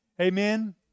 Amen